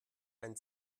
ein